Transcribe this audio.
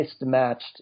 mismatched